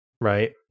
Right